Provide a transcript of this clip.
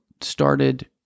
started